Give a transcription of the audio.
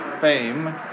fame